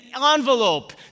envelope